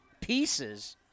pieces